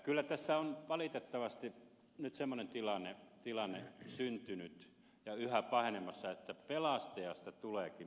kyllä tässä on valitettavasti nyt semmoinen tilanne syntynyt ja yhä pahenemassa että pelastajasta tuleekin pelastettava